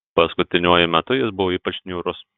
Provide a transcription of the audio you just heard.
paskutiniuoju metu jis buvo ypač niūrus